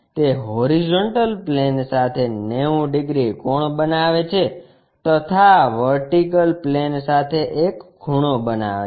તે horizontal plane સાથે 90 degree કોણ બનાવે છે તથા વર્ટિકલ પ્લેન સાથે એક ખૂણો બનાવે છે